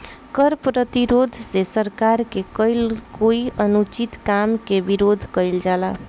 कर प्रतिरोध से सरकार के कईल कोई अनुचित काम के विरोध कईल जाला